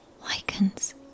lichens